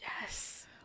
Yes